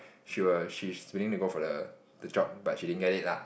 she will she's willing to go for the the job but she didn't get it lah